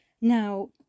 now